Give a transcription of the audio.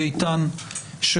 כולה.